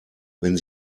wenn